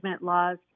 laws